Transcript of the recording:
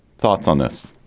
thoughts on this?